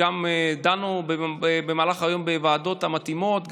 וגם דנו במהלך היום בוועדות המתאימות,